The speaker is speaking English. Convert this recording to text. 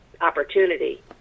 opportunity